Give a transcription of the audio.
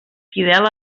fidel